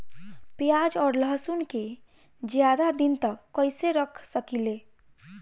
प्याज और लहसुन के ज्यादा दिन तक कइसे रख सकिले?